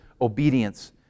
obedience